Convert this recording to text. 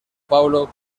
paulo